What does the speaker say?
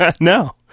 no